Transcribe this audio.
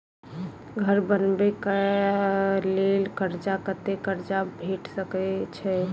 घर बनबे कऽ लेल कर्जा कत्ते कर्जा भेट सकय छई?